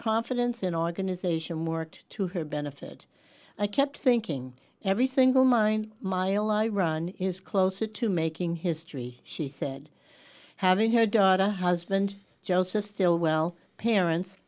confidence in organization worked to her benefit i kept thinking every single mind my ally run is closer to making history she said having her daughter husband joseph stilwell parents